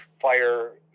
fire